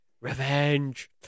revenge